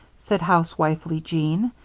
said housewifely jean,